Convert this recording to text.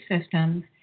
systems